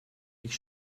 dich